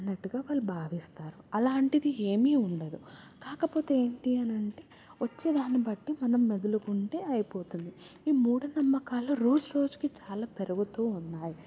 అన్నట్టుగా వాళ్ళు భావిస్తారు అలాంటిది ఏమి ఉండదు కాకపోతే ఏంటి అని అంటే వచ్చేదానిబట్టి మనం మెదులుకుంటే అయిపోతుంది ఈ మూఢనమ్మకాలు రోజురోజుకి చాలా పెరుగుతూ ఉన్నాయి